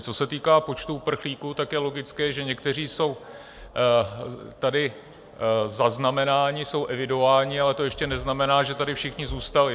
Co se týká počtu uprchlíků, tak je logické, že někteří jsou tady zaznamenáni, jsou evidováni, ale to ještě neznamená, že tady všichni zůstali.